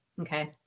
Okay